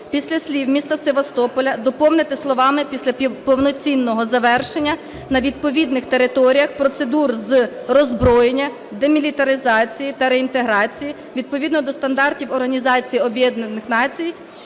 Після слів "міста Севастополя" доповнити словами "після повноцінного завершення на відповідних територіях процедур з роззброєння, демілітаризації та реінтеграції відповідно до стандартів